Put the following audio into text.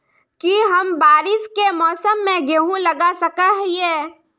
की हम बारिश के मौसम में गेंहू लगा सके हिए?